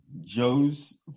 Joe's